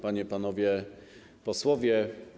Panie, Panowie Posłowie!